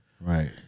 Right